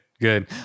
good